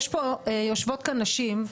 יושבות כאן נשים,